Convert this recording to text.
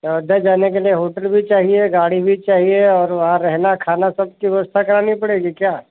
अयोध्या जाने के लिए होटल भी चाहिए गाड़ी भी चाहिए और वहाँ रहना खाना सबकी व्यवस्था करानी पड़ेगी क्या